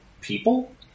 people